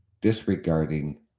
disregarding